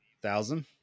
thousand